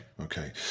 okay